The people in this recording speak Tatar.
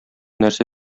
нәрсә